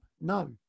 No